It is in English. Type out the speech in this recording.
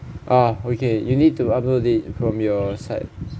ah okay you need to upload it from your side